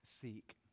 seek